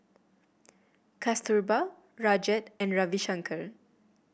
Kasturba Rajat and Ravi Shankar